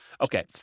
okay